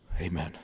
Amen